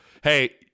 hey